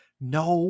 No